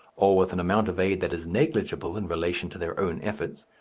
or with an amount of aid that is negligible in relation to their own efforts,